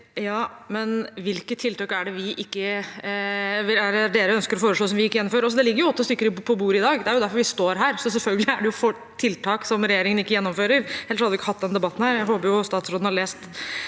si- er: Hvilke tiltak er det dere ønsker å foreslå som vi ikke gjennomfører? Det ligger åtte stykker på bordet i dag – det er derfor vi står her – så selvfølgelig er det tiltak som regjeringen ikke gjennomfører, ellers hadde vi ikke hatt denne debatten. Jeg håper statsråden har lest